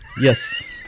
Yes